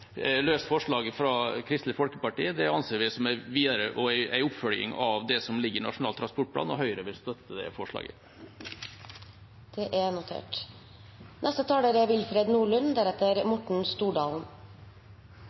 Forslaget fra Kristelig Folkeparti anser vi som en oppfølging av det som ligger i Nasjonal transportplan, og Høyre vil støtte det forslaget. Det er notert.